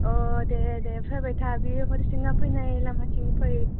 अ दे दे फैबाय था बे हरिसिङा फैनाय लामाथिं फै